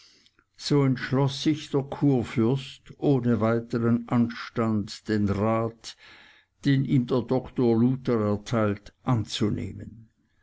so entschloß sich der kurfürst ohne weiteren anstand den rat den ihm der doktor luther erteilt anzunehmen